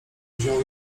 wziął